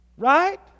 right